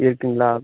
இருக்குதுங்களா